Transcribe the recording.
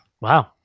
wow